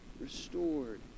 restored